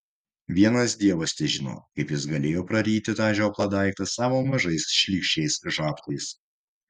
vienas dievas težino kaip jis galėjo praryti tą žioplą daiktą savo mažais šlykščiais žabtais